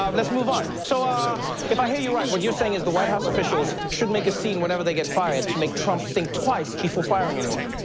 um let's move on. so ah if i hear you right, what you're saying is the white house officials should make a scene whenever they get fired to make trump think twice before firing anyone?